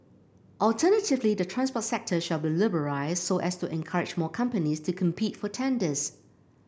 alternatively the transport sector shall be liberalised so as to encourage more companies to compete for tenders